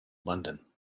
london